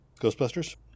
Ghostbusters